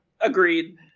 Agreed